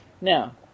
now